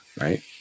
right